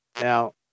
Now